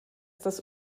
das